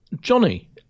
Johnny